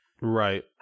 Right